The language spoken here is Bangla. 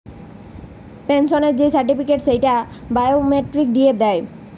পেনসনের যেই সার্টিফিকেট, সেইটা বায়োমেট্রিক দিয়ে দেয়